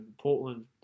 Portland